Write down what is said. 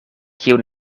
kiu